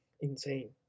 insane